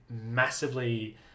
massively